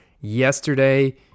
yesterday